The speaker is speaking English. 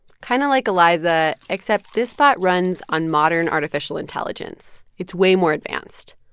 kind of like eliza except this bot runs on modern artificial intelligence. it's way more advanced.